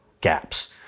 gaps